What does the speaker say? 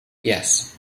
yes